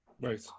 Right